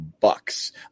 Bucks